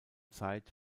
zeit